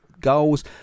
goals